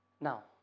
Now